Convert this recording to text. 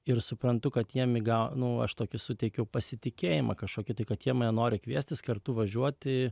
ir suprantu kad jiem įgauna nu aš tokį suteikiau pasitikėjimą kažkokį tai kad jie mane nori kviestis kartu važiuoti